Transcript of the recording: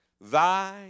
thy